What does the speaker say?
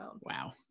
Wow